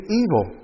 evil